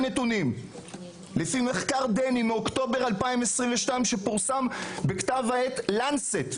לפי מחקר דני מאוקטובר 2022 שפורסם בכתב העת לנסט,